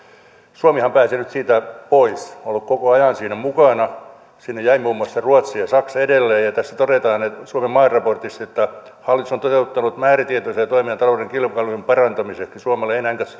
suomihan pääsi nyt siitä pois on ollut koko ajan siinä mukana sinne jäivät muun muassa ruotsi ja saksa edelleen ja tästä suomen maaraportista todetaan että hallitus on toteuttanut määrätietoisia toimia talouden kilpailukyvyn parantamiseksi suomella ei ei näin